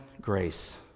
grace